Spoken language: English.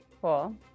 Cool